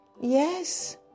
yes